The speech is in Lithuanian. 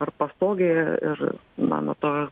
ar pastogėje ir na nuo to